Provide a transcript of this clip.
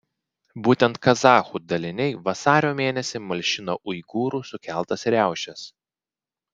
būtent kazachų daliniai vasario mėnesį malšino uigūrų sukeltas riaušes